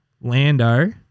Lando